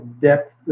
depth